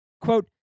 Quote